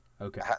Okay